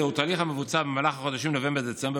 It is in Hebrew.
זהו תהליך המבוצע במהלך החודשים נובמבר-דצמבר.